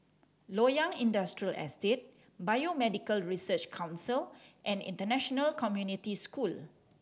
Loyang Industrial Estate Biomedical Research Council and International Community School